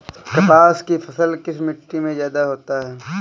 कपास की फसल किस मिट्टी में ज्यादा होता है?